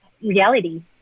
reality